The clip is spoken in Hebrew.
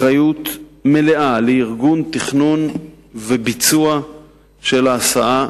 אחריות מלאה לארגון, לתכנון ולביצוע של ההסעה